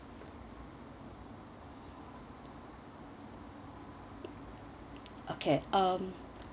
okay um